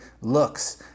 looks